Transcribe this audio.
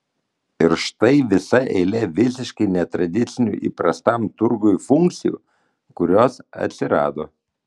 ir štai visa eilė visiškai netradicinių įprastam turgui funkcijų kurios atsirado